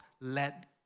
let